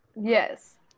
Yes